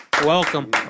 Welcome